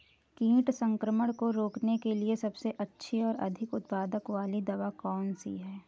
कीट संक्रमण को रोकने के लिए सबसे अच्छी और अधिक उत्पाद वाली दवा कौन सी है?